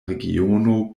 regiono